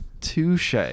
Touche